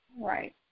Right